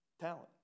Talent